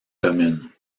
commune